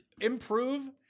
improve